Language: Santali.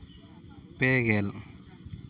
ᱯᱮ ᱜᱮᱞ